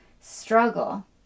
struggle